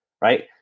Right